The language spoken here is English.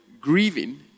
grieving